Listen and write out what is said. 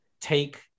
take